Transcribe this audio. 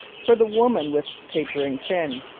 for the woman with tapering chin.